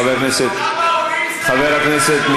חבר הכנסת.